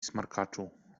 smarkaczu